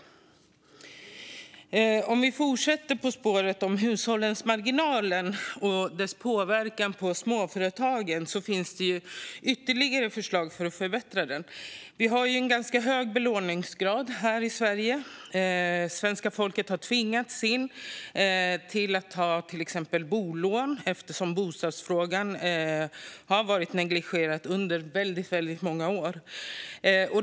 Låt oss fortsätta på spåret om hushållens marginaler och påverkan på småföretagen. Det finns ytterligare förslag till förbättringar. Det är en hög belåningsgrad i Sverige. Svenska folket har tvingats till att ta bolån eftersom bostadsfrågan har varit negligerad under många år.